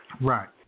Right